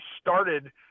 started